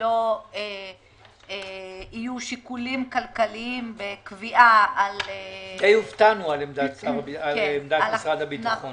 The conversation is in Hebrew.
שלא יהיו שיקולים כלכליים בקביעה על -- די הופתענו מעמדת משרד הביטחון.